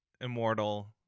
immortal